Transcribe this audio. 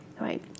right